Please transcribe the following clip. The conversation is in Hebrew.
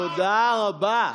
תודה רבה.